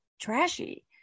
trashy